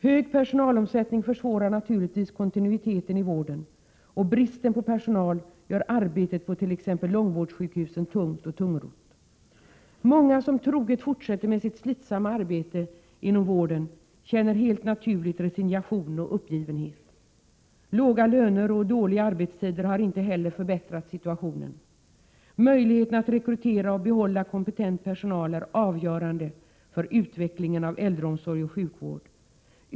Stor personalomsättning försvårar naturligtvis kontinuiteten i vården, och bristen på personal gör arbetet på t.ex. långvårdssjukhusen tungt och tungrott. Många som troget fortsätter med sitt slitsamma arbete inom vården känner helt naturligt resignation och uppgivenhet. Låga löner och dåliga arbetstider Prot. 1987/88:96 harinte heller förbättrat situationen. Möjligheterna att rekrytera och behålla — 8 april 1988 kompetent personal är avgörande för utvecklingen av äldreomsorg och Debuttom sjukvårds sjukvård.